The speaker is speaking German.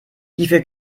hierfür